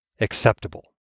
acceptable